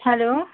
hello